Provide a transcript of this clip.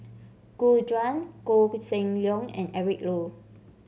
Gu Juan Koh Seng Leong and Eric Low